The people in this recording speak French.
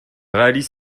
réalise